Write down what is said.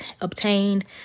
obtained